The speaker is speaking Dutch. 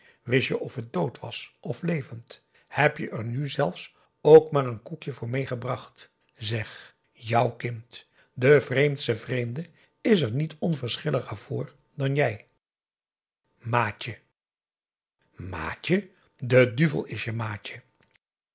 wist je of het dood was of levend heb je er nu zelfs ook maar een koekje voor mêegebracht zeg jou kind de vreemdste vreemde is er niet onverschilliger voor dan jij maatje maatje de duvel is je maatje